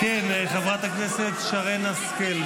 חברת הכנסת שרן השכל,